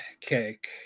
cake